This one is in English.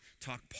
talk